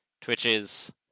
Twitches